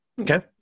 Okay